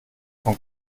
von